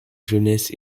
jeunesse